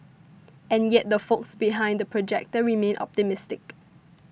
and yet the folks behind The Projector remain optimistic